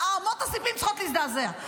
אמות הסיפים צריכות להזדעזע.